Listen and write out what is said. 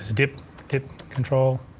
dip dip control,